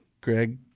Greg